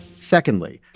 secondly,